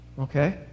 Okay